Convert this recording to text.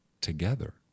together